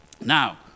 Now